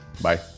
Bye